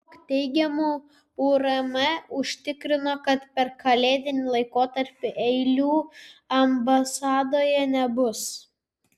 jos teigimu urm užtikrino kad per kalėdinį laikotarpį eilių ambasadose nebus